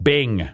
Bing